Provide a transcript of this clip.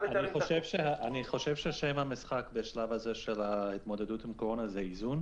אני חושב ששם המשחק בשלב הזה של ההתמודדות עם הקורונה זה איזון.